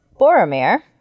Boromir